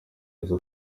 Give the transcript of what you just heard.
aza